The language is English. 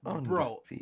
Bro